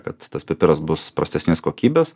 kad tas pipiras bus prastesnės kokybės